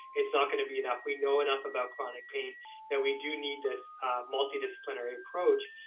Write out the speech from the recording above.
it's not gonna be enough. we know enough about chronic pain that we do need this multidisciplinary approach.